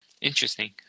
interesting